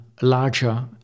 larger